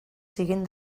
siguin